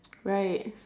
right